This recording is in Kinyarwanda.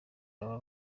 baba